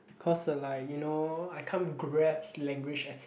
cause uh like you know I can't grasp language as